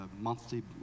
monthly